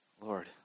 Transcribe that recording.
Lord